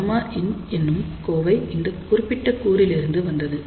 Γin என்னும் கோவை இந்த குறிப்பிட்ட கூறிலிருந்து வந்தது